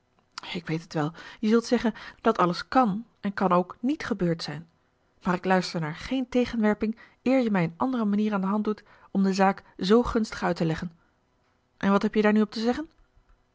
ik weet het wel je zult zeggen dat alles kàn en kan k niet gebeurd zijn maar ik luister naar géén tegenwerping eer je mij een andere manier aan de hand doet om de zaak z gunstig uit te leggen en wat heb je daar nu op te zeggen